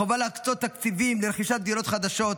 חובה להקצות תקציבים לרכישת דירות חדשות,